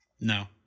No